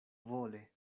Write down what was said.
vole